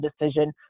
decision